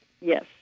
yes